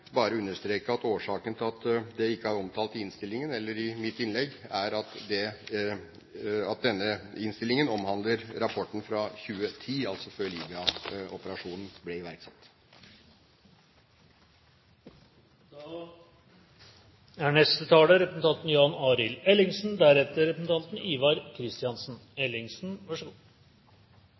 bare understreke at årsaken til at det ikke er omtalt i Innst. 413 S eller i mitt innlegg, er at denne innstillingen omhandler rapporten fra 2010, altså før Libya-operasjonen ble iverksatt. Det er